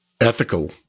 ethical